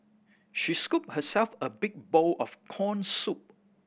she scooped herself a big bowl of corn soup